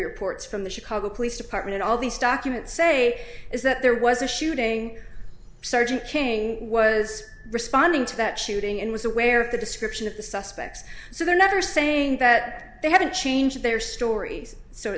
reports from the chicago police department all these documents say is that there was a shooting sergeant king was responding to that shooting and was aware of the description of the suspects so they're not are saying that they haven't changed their stories so